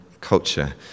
culture